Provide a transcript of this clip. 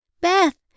Beth